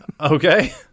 Okay